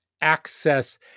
access